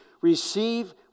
receive